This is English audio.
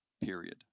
period